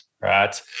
right